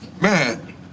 Man